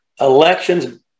elections